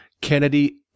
kennedy